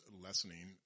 lessening